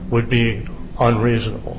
would be unreasonable